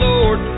Lord